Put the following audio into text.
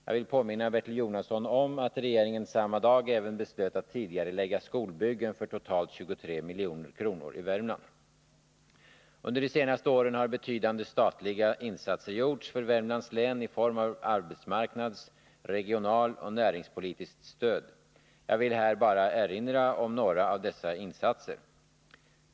Jag vill påminna Bertil Jonasson om att regeringen samma dag även beslöt att tidigarelägga skolbyggen i Värmland för totalt 23 milj.kr. Under de senaste åren har betydande statliga insatser gjorts för Värmlands län i form av arbetsmarknads-, regionaloch näringspolitiskt stöd. Jag vill här bara erinra om några av dessa insatser.